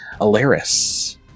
Alaris